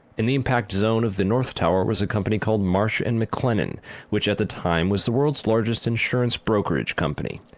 in the impact zone of the north tower was a company called marsh and mclennan which at the time was the world's largest insurance brokerage company.